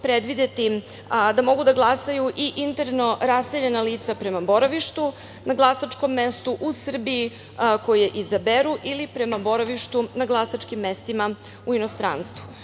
da mogu da glasaju i interno raseljena lica prema boravištu na glasačkom mestu u Srbiji koje izaberu ili prema boravištu na glasačkim mestima u inostranstvu. Na